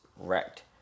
wrecked